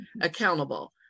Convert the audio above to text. accountable